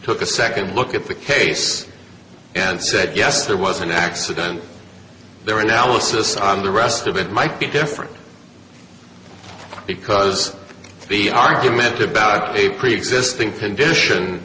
took a second look at the case and said yes there was an accident their analysis on the rest of it might be different because be argument about a preexisting condition